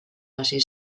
hasi